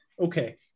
okay